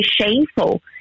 shameful